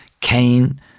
Cain